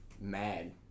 mad